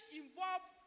involved